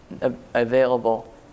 available